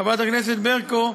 חברת הכנסת ברקו,